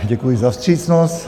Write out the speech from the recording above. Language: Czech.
Děkuji za vstřícnost.